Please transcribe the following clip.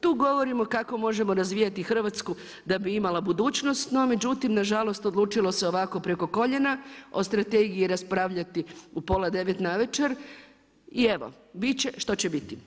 Tu govorimo kako možemo razvijati Hrvatsku da bi imala budućnost no međutim, nažalost, odlučilo se ovako preko koljena o strategiji raspravljati u pola 9 navečer i evo bit će, što će biti.